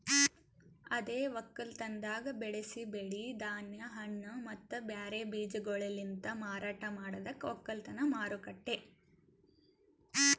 ಅದೇ ಒಕ್ಕಲತನದಾಗ್ ಬೆಳಸಿ ಬೆಳಿ, ಧಾನ್ಯ, ಹಣ್ಣ ಮತ್ತ ಬ್ಯಾರೆ ಬೀಜಗೊಳಲಿಂತ್ ಮಾರಾಟ ಮಾಡದಕ್ ಒಕ್ಕಲತನ ಮಾರುಕಟ್ಟೆ